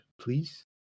please